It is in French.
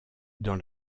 dans